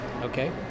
Okay